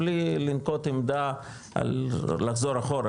בלי לנקוט עמדה על לחזור אחורה,